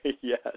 Yes